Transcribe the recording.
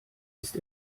ist